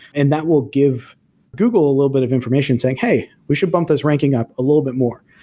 and that will give google a little bit of information saying, hey, we should bump those ranking up a little bit more.